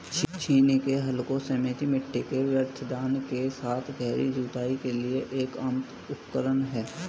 छेनी का हल सीमित मिट्टी के व्यवधान के साथ गहरी जुताई के लिए एक आम उपकरण है